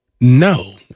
No